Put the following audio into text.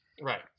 right